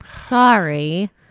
Sorry